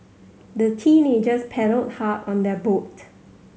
the teenagers paddled hard on their boat